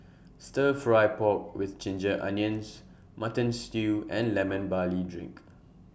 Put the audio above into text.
Stir Fry Pork with Ginger Onions Mutton Stew and Lemon Barley Drink